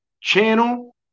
channel